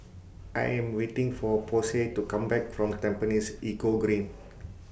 I Am waiting For Posey to Come Back from Tampines Eco Green